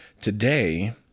Today